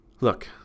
Look